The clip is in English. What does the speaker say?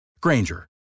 Granger